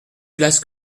place